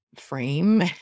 frame